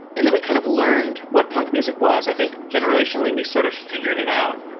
and then, we kind of learned what punk music was. i think, generationally, we sort of figured it out.